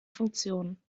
funktionen